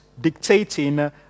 dictating